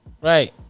Right